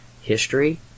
history